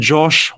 Josh